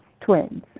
twins